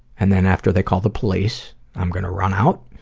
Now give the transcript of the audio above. and then after they call the police i'm going to run out